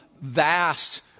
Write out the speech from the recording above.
vast